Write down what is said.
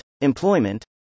Employment